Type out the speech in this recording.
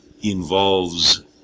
involves